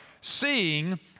seeing